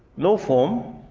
no form.